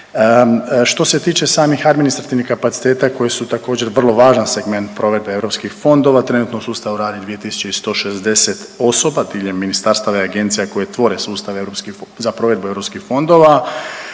Što se tiče samih administrativnih kapaciteta koje su također vrlo važan segment provedbe europskih fondova trenutno u sustavu radi 2160 osoba diljem ministarstava i agencija koje tvore sustav europskih, za provedbu europskih fondova.